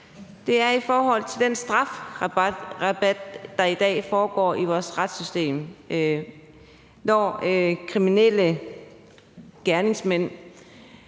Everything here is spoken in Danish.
Det er i forhold til den strafferabat, der i dag er i vores retssystem. Når kriminelle gerningsmænd